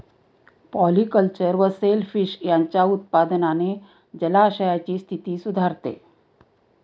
polyculture व shellfish यांच्या उत्पादनाने जलाशयांची स्थिती सुधारते